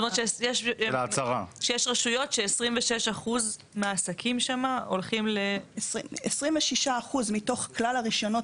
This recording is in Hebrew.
יש רשויות ש-26% מהעסקים שם הולכים --- 26% מתוך כלל הרישיונות